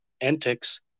antics